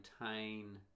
maintain